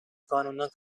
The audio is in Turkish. kanundan